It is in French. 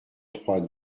trois